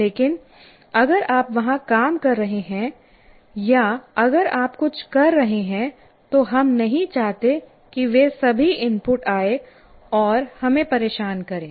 लेकिन अगर आप वहां काम कर रहे हैं या अगर आप कुछ कर रहे हैं तो हम नहीं चाहते कि वे सभी इनपुट आए और हमें परेशान करें